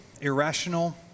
irrational